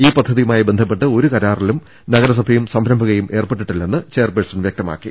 ഈ പദ്ധതിയുമായി ബന്ധ പ്പെട്ട് ഒരു കരാറിലും നഗരസഭയും സംരഭകയും ഏർപ്പെട്ടിട്ടില്ലെന്ന് ചെയർപേഴ്സൺ വൃക്തമാക്കി